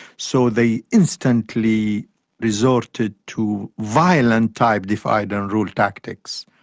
so they instantly resorted to violent type divide-and-rule tactics.